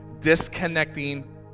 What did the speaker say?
disconnecting